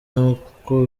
nk’uko